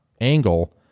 angle